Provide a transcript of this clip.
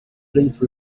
please